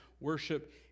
worship